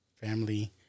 Family